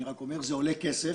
אני רק אומר שזה עולה כסף.